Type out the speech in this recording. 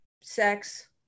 sex